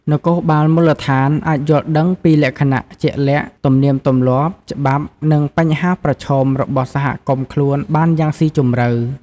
នគរបាលមូលដ្ឋានអាចយល់ដឹងពីលក្ខណៈជាក់លាក់ ទំនៀមទម្លាប់ ច្បាប់ និងបញ្ហាប្រឈមរបស់សហគមន៍ខ្លួនបានយ៉ាងស៊ីជម្រៅ។